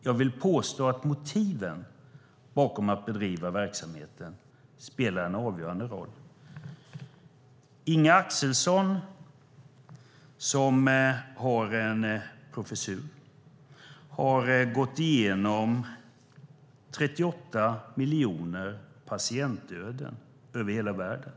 Jag vill påstå att motiven bakom att driva verksamheten spelar en avgörande roll. Inge Axelsson, som har en professur, har gått igenom 38 miljoner patientöden över hela världen.